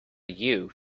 you